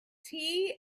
tea